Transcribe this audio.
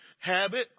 Habit